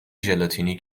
ژلاتینی